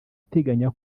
uteganya